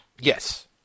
Yes